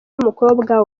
n’umukobwa